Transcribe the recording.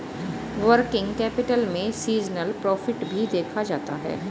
working capital में seasonal profit भी देखा जाता है